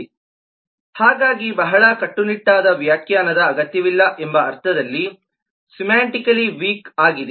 ಆಗಾಗ್ಗೆ ಬಹಳ ಕಟ್ಟುನಿಟ್ಟಾದ ವ್ಯಾಖ್ಯಾನದ ಅಗತ್ಯವಿಲ್ಲ ಎಂಬ ಅರ್ಥದಲ್ಲಿ ಸಿಮಾಂಟಿಕಲಿ ವೀಕ್ ಆಗಿದೆ